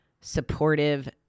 supportive